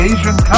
Asian